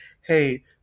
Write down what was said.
hey